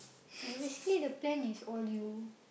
ya basically the plan is all you